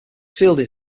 fielding